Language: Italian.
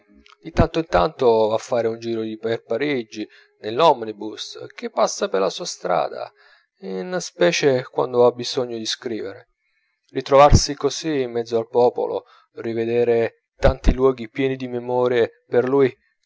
tanto va a far un giro per parigi nell'omnibus che passa per la sua strada in specie quando ha bisogno di scrivere ritrovarsi così in mezzo al popolo rivedere tanti luoghi pieni di memorie per lui